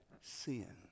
sin